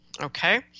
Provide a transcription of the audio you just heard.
Okay